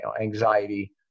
anxiety